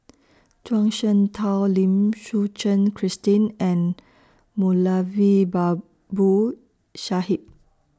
Zhuang Shengtao Lim Suchen Christine and Moulavi Babu Sahib